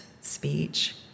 speech